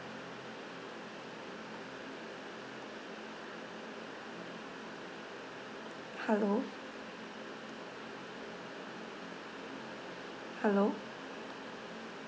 hello hello